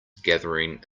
gathering